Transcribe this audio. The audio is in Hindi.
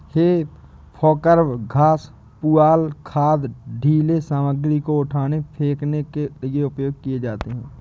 हे फोर्कव घास, पुआल, खाद, ढ़ीले सामग्री को उठाने, फेंकने के लिए उपयोग किए जाते हैं